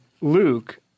Luke